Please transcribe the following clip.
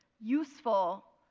useful,